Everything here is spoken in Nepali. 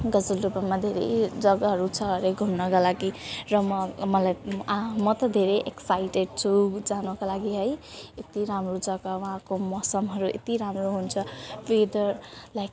गजलडुब्बामा धेरै जग्गाहरू छ अरे घुम्नका लागि र म मलाई अँ म त धेरै एक्साइटेड छु जानका लागि है यति राम्रो जग्गा वहाँको मौसमहरू यति राम्रो हुन्छ कि त लाइक